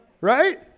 Right